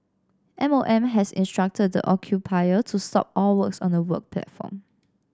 M O M has instructed the occupier to stop all works on the work platform